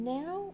now